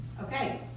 Okay